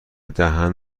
دهن